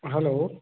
hello